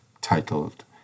titled